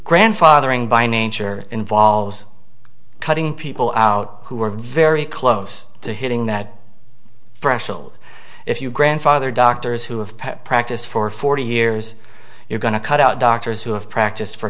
grandfathering by nature involves cutting people out who were very close to hitting that threshold if you grandfather doctors who have pet practice for forty years you're going to cut out doctors who have practiced for